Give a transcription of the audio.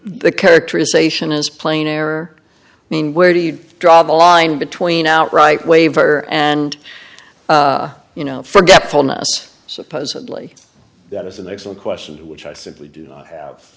the characterization is plain error mean where do you draw the line between outright waiver and you know forgetfulness supposedly that is an excellent question which i simply do not have